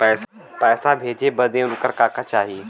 पैसा भेजे बदे उनकर का का चाही?